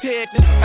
Texas